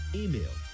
email